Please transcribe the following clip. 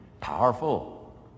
powerful